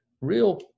real